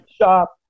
shop